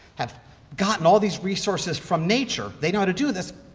have gotten all these resources from nature. they know how to do this.